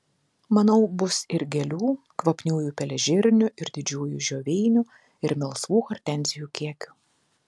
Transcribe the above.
manau bus ir gėlių kvapiųjų pelėžirnių ir didžiųjų žioveinių ir melsvų hortenzijų kekių